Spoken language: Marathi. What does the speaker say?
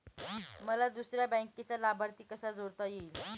मला दुसऱ्या बँकेचा लाभार्थी कसा जोडता येईल?